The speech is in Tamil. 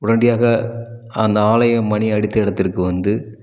உடனடியாக அந்த ஆலயம் மணி அடித்த இடத்திற்கு வந்து